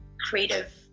creative